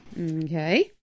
Okay